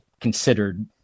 considered